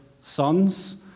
sons